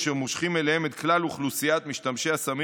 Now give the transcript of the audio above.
אשר מושכים אליהם את כלל אוכלוסיית משתמשי הסמים